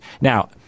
Now